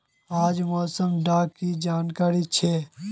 आज मौसम डा की जानकारी छै?